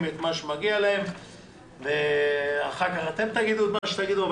את מה שמגיע להם ואחר כך אתם תגידו את מה שתגידו,